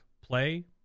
play